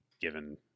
given